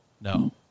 No